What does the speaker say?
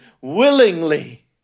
willingly